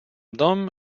dom